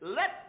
let